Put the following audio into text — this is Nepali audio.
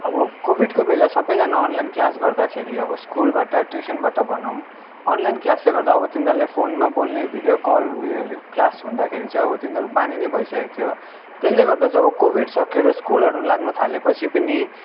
अब कोभिडको बेला सबैजना अनलाइन क्लास गर्दाखेरि अब स्कुलबाट ट्युसनबाट भनौँ अनलाइन क्लासले गर्दा अब तिनीहरूलाई फोनमा बोल्ने भिडियो कल उयो रे क्लास हुँदाखेरि चाहिँ अब तिनीहरू बानी नै भइसकेको थियो त्यसले गर्दा जब कोभिड सकियो र स्कुलहरू लाग्नु थाल्योपछि पनि